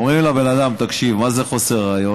אומרים לבן אדם: תקשיב, מה זה חוסר ראיות?